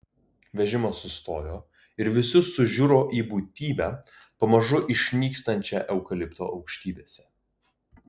vežimas sustojo ir visi sužiuro į būtybę pamažu išnykstančią eukalipto aukštybėse